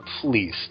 Please